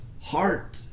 heart